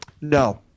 no